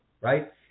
right